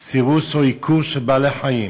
סירוס או עיקור של בעלי-חיים.